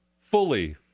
fully